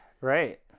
Right